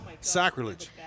sacrilege